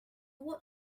what